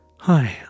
Hi